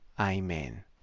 Amen